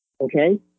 Okay